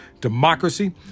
democracy